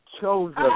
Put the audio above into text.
chosen